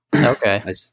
Okay